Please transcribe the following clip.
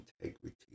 integrity